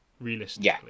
realistically